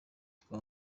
twa